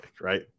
right